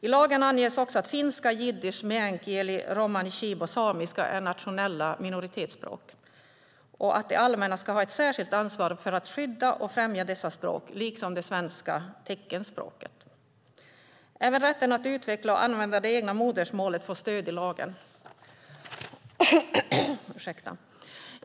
I lagen anges också att finska, jiddisch, meänkieli, romani chib och samiska är nationella minoritetsspråk och att det allmänna ska ha ett särskilt ansvar för att skydda och främja dessa språk liksom det svenska teckenspråket. Även rätten att utveckla och använda det egna modersmålet får stöd i lagen.